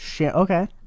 Okay